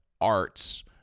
arts